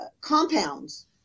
compounds